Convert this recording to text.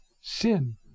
sin